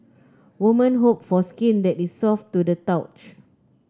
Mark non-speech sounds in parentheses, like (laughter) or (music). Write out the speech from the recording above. woman hope for skin that is soft to the (unintelligible)